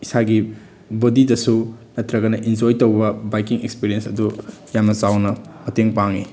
ꯏꯁꯥꯒꯤ ꯕꯣꯗꯤꯗꯁꯨ ꯅꯠꯇ꯭ꯔꯒꯅ ꯏꯟꯖꯣꯏ ꯇꯧꯕ ꯕꯥꯏꯛꯀꯤꯡ ꯑꯦꯛꯁꯄꯔꯤꯌꯦꯟ ꯑꯗꯨ ꯌꯥꯝꯅ ꯆꯥꯎꯅ ꯃꯇꯦꯡ ꯄꯥꯡꯉꯤ